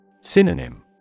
Synonym